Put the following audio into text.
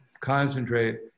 concentrate